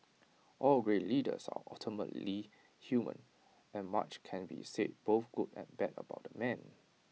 all great leaders are ultimately human and much can be said both good and bad about the man